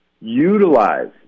utilize